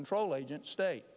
control agents state